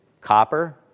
copper